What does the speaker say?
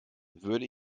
würde